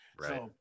Right